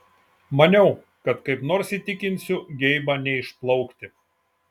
maniau kad kaip nors įtikinsiu geibą neišplaukti